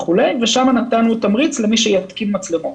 ושם נתנו תמריץ למי שיתקין מצלמות.